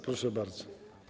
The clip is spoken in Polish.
Proszę bardzo.